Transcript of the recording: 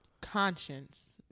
conscience